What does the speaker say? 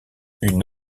une